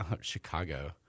Chicago